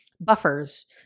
buffers